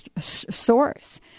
source